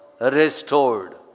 restored